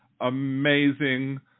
amazing